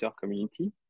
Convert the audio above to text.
community